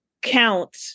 count